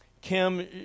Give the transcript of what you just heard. Kim